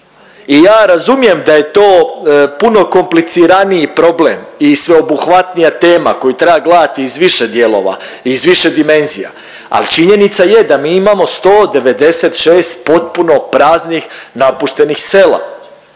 i ja razumijem da je to puno kompliciraniji problem i sveobuhvatnija tema koju treba gledati iz više dijelova i iz više dimenzija al činjenica je da mi imamo 196 potpuno praznih napuštenih sela.